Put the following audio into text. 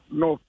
no